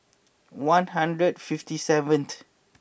one hundred and fifty seventh